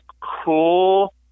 cool